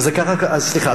סליחה.